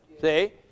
See